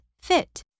fit